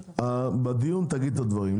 ובדיון תגיד את הדברים.